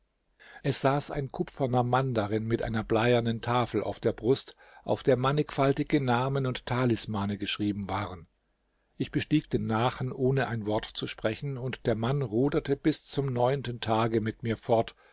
es saß ein kupferner mann darin mit einer bleiernen tafel auf der brust auf der mannigfaltige namen und talismane geschrieben waren ich bestieg den nachen ohne ein wort zu sprechen und der mann ruderte bis zum neunten tage mit mir fort